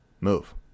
move